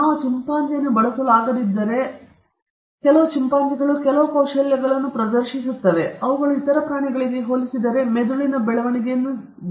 ನಾವು ಚಿಂಪಾಂಜಿಯನ್ನು ಬಳಸಲಾಗದಿದ್ದರೆ ಕೆಲವು ಚಿಂಪಾಂಜಿಗಳು ಕೆಲವು ಕೌಶಲ್ಯಗಳನ್ನು ಪ್ರದರ್ಶಿಸುತ್ತವೆ ಅವುಗಳು ಇತರ ಪ್ರಾಣಿಗಳಿಗೆ ಹೋಲಿಸಿದರೆ ಅವುಗಳ ಮೆದುಳಿನ ಬೆಳವಣಿಗೆಯನ್ನು ಸೂಚಿಸುತ್ತವೆ